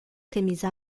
camisa